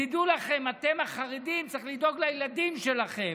תדעו לכם, אתם, החרדים, צריך לדאוג לילדים שלכם.